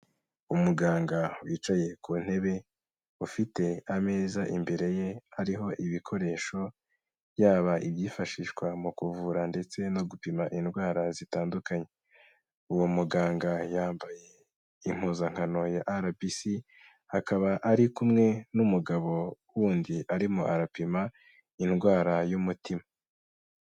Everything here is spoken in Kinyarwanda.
Umuganga wicaye ku ntebe ufite ameza imbere ye ariho ibikoresho, yaba ibyifashishwa mu kuvura ndetse no gupima indwara zitandukanye. Uwo muganga yambaye impuzankano ya RBC akaba ari kumwe n'umugabo wundi arimo arapima indwara y'umutima.